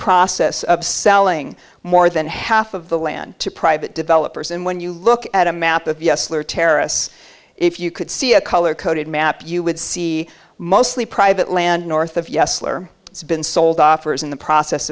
process of selling more than half of the land to private developers and when you look at a map of terrorists if you could see a color coded map you would see mostly private land north of yes it's been sold off or as in the process